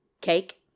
Cake